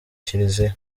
kiliziya